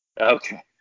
Okay